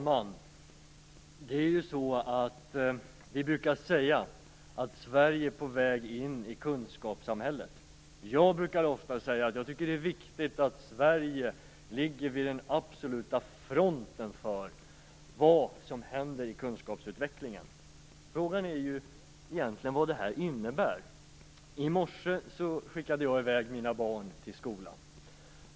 Herr talman! Vi brukar säga att Sverige är på väg in i kunskapssamhället. Jag brukar ofta säga att det är viktigt att Sverige ligger vid den absoluta fronten när det gäller kunskapsutvecklingen. Frågan är ju egentligen vad det här innebär. I morse skickade jag i väg mina barn till skolan.